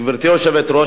גברתי היושבת-ראש,